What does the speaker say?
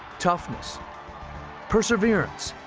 toughness perseverance,